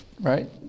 right